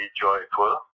joyful